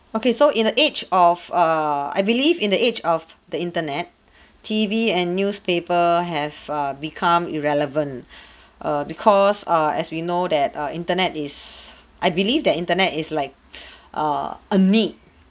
okay so in a age of err I believe in the age of the internet T_V and newspaper have uh become irrelevant err because uh as we know that err internet is I believe that internet is like err a need